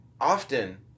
often